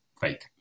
fake